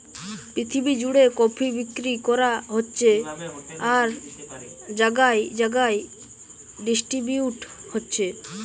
পৃথিবী জুড়ে কফি বিক্রি করা হচ্ছে আর জাগায় জাগায় ডিস্ট্রিবিউট হচ্ছে